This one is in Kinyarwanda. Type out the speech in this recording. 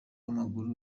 w’amaguru